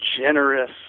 generous